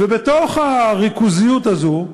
ובתוך הריכוזיות הזאת,